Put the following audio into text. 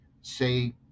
say